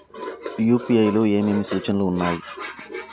UPI లో ఏమేమి సూచనలు ఉన్నాయి?